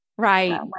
Right